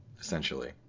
essentially